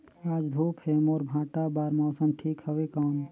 आज धूप हे मोर भांटा बार मौसम ठीक हवय कौन?